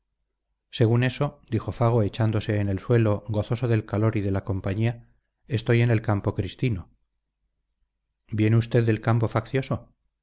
según eso dijo fago echándose en el suelo gozoso del calor y de la compañía estoy en el campo cristino viene usted del campo faccioso